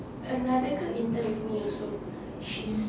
another girl intern with me also she's